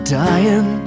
dying